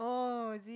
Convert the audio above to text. oh is it